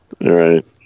right